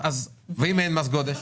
ואם אין מס גודש?